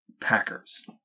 Packers